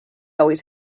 always